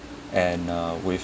and uh with